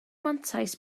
mantais